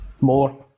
More